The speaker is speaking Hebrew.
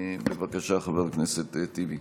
בבקשה, חבר הכנסת טיבי.